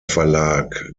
verlag